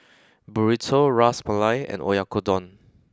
Burrito Ras Malai and Oyakodon